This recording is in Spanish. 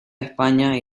españa